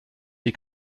die